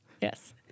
Yes